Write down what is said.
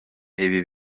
ibi